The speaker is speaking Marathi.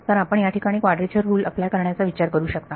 तर आपण या ठिकाणी कॉड्रेचर रुल अप्लाय करण्याचा विचार करू शकता